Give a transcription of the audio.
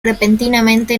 repentinamente